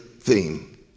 theme